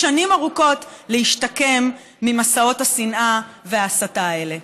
שנים ארוכות להשתקם ממסעות השנאה וההסתה האלה.